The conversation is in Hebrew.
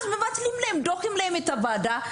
מבטלים להם או דוחים להם את הוועדה.